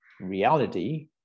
Reality